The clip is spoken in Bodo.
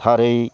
थारै